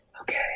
Okay